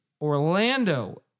Orlando